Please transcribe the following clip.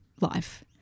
Life